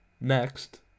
Next